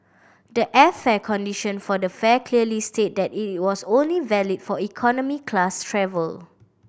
the airfare condition for the fare clearly stated that it was only valid for economy class travel